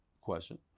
question